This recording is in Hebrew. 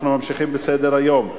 אנחנו ממשיכים בסדר-היום: